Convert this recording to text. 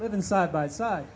living side by side